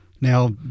now